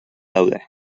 daude